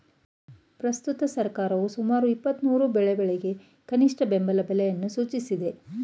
ಪ್ರಸ್ತುತ ಸರ್ಕಾರವು ಸುಮಾರು ಇಪ್ಪತ್ಮೂರು ಬೆಳೆಗಳಿಗೆ ಕನಿಷ್ಠ ಬೆಂಬಲ ಬೆಲೆಯನ್ನು ಸೂಚಿಸಿದೆ